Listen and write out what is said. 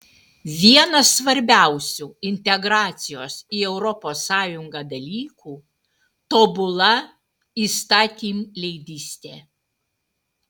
vienas svarbiausių integracijos į europos sąjungą dalykų tobula įstatymleidystė